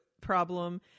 problem